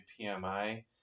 PMI